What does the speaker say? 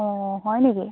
অঁ হয় নেকি